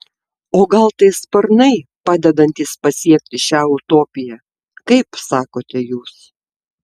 o gal tai sparnai padedantys pasiekti šią utopiją kaip sakote jūs